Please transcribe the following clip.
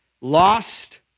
lost